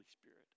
Spirit